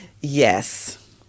Yes